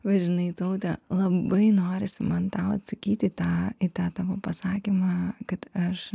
va žinai taute labai norisi man tau atsakyti į tą į tą tavo pasakymą kad aš